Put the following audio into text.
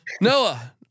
Noah